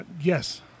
Yes